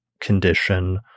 condition